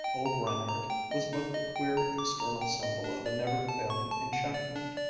old reinhardt was but the queer external symbol of a never-failing enchantment.